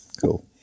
Cool